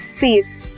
face